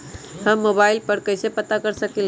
हम मोबाइल पर कईसे पता कर सकींले?